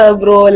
bro